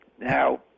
Now